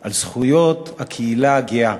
על זכויות הקהילה הגאה.